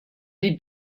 die